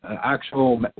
actual